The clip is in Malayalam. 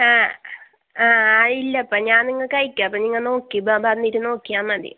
ആ ആ ഇല്ലപ്പാ ഞാൻ നിങ്ങക്ക് അയക്കാം അപ്പം നിങ്ങൾ നോക്ക് ബന്നിറ്റ് നോക്കിയാൽ മതി